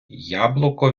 яблуко